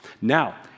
Now